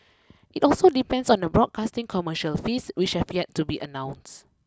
it also depends on the broadcasting commercial fees which have yet to be announce